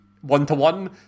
one-to-one